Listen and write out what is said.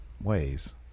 ways